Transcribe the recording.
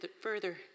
further